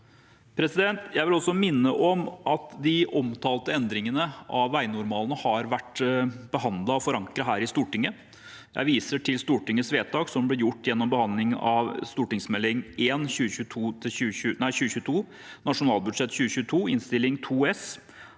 Jeg vil også minne om at de omtalte endringene av veinormalene har vært behandlet og forankret her i Stortinget. Jeg viser til Stortingets vedtak som ble gjort gjennom behandlingen av Meld. St. 1 for 2021–2022 og nasjonalbudsjettet for 2022, jf.